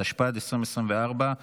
התשפ"ד 2024,